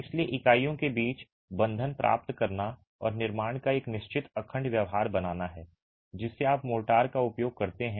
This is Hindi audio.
इसलिए इकाइयों के बीच बंधन प्राप्त करना और निर्माण का एक निश्चित अखंड व्यवहार बनाना है जिसे आप मोर्टार का उपयोग करते हैं